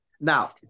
Now